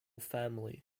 family